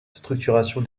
structuration